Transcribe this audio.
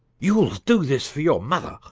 you'll do this for your mother,